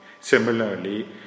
Similarly